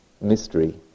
mystery